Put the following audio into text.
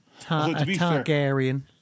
Targaryen